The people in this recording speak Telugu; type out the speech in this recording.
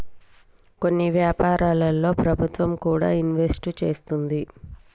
కొన్ని వ్యాపారాల్లో ప్రభుత్వం కూడా ఇన్వెస్ట్ చేస్తుంది